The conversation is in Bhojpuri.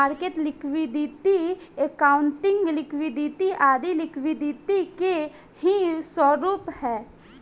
मार्केट लिक्विडिटी, अकाउंटिंग लिक्विडिटी आदी लिक्विडिटी के ही स्वरूप है